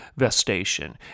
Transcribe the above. vestation